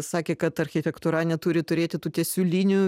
sakė kad architektūra neturi turėti tų tiesių linijų